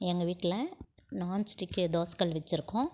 எங்கள் வீட்டில் நான்ஸ்டிக்கு தோசைக்கல் வெச்சுருக்கோம்